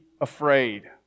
afraid